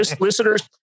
listeners